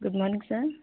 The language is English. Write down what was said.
good morning sir